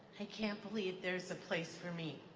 i can't believe there's a place for me.